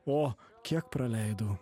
o kiek praleidau